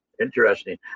interesting